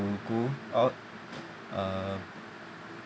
go out uh